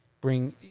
bring